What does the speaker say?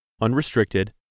unrestricted